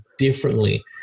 differently